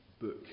book